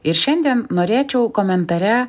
ir šiandien norėčiau komentare